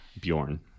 bjorn